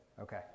Okay